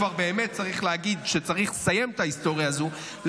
כבר באמת צריך להגיד שצריך לסיים את ההיסטוריה הזו,